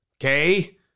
Okay